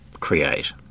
create